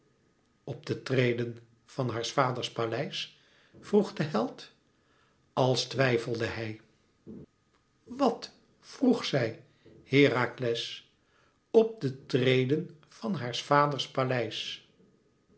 op de treden van haars vaders paleis vroeg de held als twijfelde hij wàt vroeg zij herakles op de treden van haars vaders paleis